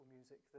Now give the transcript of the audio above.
music